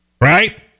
Right